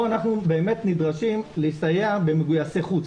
פה אנחנו באמת נדרשים לסייע במגויסי חוץ.